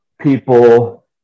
people